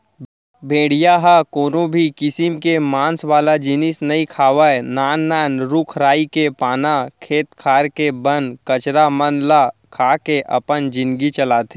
भेड़िया ह कोनो भी किसम के मांस वाला जिनिस नइ खावय नान नान रूख राई के पाना, खेत खार के बन कचरा मन ल खा के अपन जिनगी चलाथे